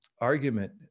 argument